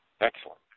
excellent